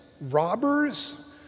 robbers